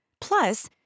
Plus